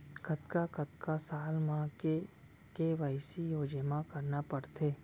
कतका कतका साल म के के.वाई.सी जेमा करना पड़थे?